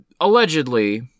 Allegedly